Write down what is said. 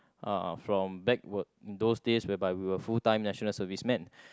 uh from back we~ those days whereby we were full time national servicemen